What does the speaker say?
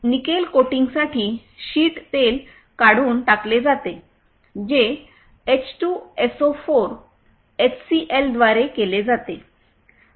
nickel कोटिंगसाठी sheet तेल काढून टाकले जाते जे एच 2 एसओ 4 एचसीएलद्वारे केले जाते